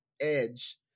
edge